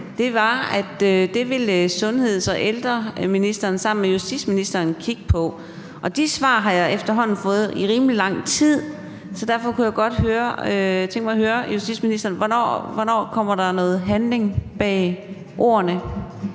det ville sundheds- og ældreministeren kigge på sammen med justitsministeren. De svar har jeg efterhånden fået i rimelig lang tid, så derfor kunne jeg godt tænke mig at høre justitsministeren om, hvornår der kommer noget handling bag ordene.